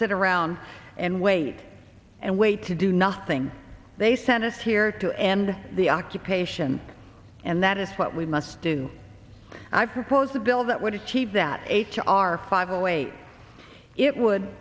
sit around and wait and wait to do nothing they sent us here to end the occupation and that is what we must do i proposed a bill that would achieve that h r five and wait it would